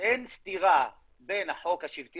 שאין סתירה בין החוק השבטי